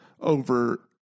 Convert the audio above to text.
over